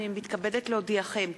הנני מתכבדת להודיעכם,